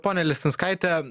ponia lisinskaite